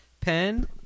pen